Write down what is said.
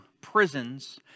prisons